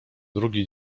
drugi